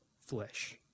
flesh